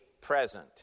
present